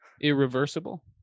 irreversible